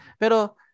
Pero